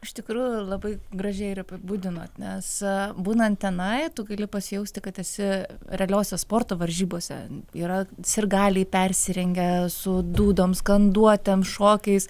iš tikrųjų labai gražiai ir apibūdinot nes būnant tenai tu gali pasijausti kad esi realiose sporto varžybose yra sirgaliai persirengę su dūdom skanduotėm šokiais